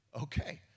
okay